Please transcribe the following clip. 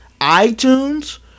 iTunes